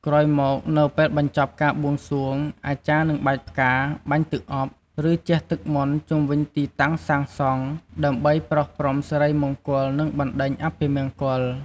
ក្រោយមកនៅពេលបញ្ចប់ការបួងសួង អាចារ្យនឹងបាចផ្កា បាញ់ទឹកអប់ ឬជះទឹកមន្តជុំវិញទីតាំងសាងសង់ ដើម្បីប្រោសព្រំសិរីមង្គល និងបណ្ដេញអពមង្គល។